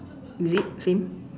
is it same